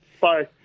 Bye